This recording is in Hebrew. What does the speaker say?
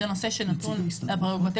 אגב,